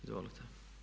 Izvolite.